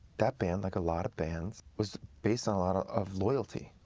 that band like a lot of bands was based on a lot of of loyalty.